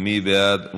מי בעד?